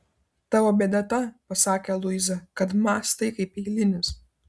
tavo bėda ta pasakė luiza kad mąstai kaip eilinis